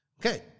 Okay